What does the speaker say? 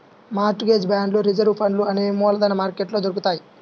mart gauge బాండ్లు reserve ఫండ్లు అనేవి మూలధన మార్కెట్లో దొరుకుతాయ్